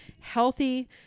healthy